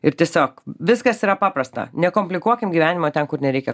ir tiesiog viskas yra paprasta nekomplikuokim gyvenimo ten kur nereikia